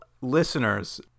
listeners